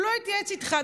הוא לא התייעץ איתך,